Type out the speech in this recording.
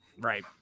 Right